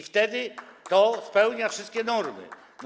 Wtedy to spełnia wszystkie normy.